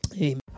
Amen